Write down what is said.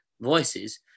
voices